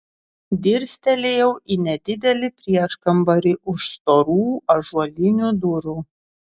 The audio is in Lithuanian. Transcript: dirstelėjau į nedidelį prieškambarį už storų ąžuolinių durų